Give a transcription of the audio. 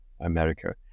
America